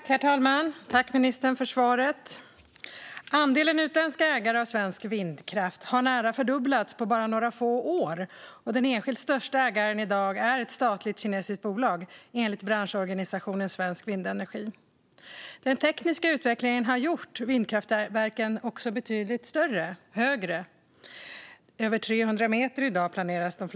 Herr talman! Jag tackar ministern för svaret. Andelen utländska ägare av svensk vindkraft har närapå fördubblats på bara några få år, och enligt branschorganisationen Svensk Vindenergi är den enskilt största ägaren i dag ett statligt kinesiskt bolag. Den tekniska utvecklingen har gjort vindkraftverken betydligt högre, och det planeras för vindkraftverk på över 300 meter.